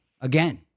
again